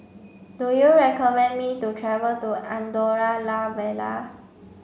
do you recommend me to travel to Andorra La Vella